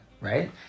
right